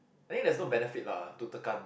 I think there's no benefit lah to tekan